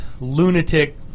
lunatic